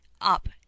up